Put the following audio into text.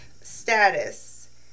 status